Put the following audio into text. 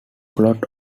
plot